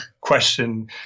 question